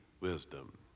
wisdom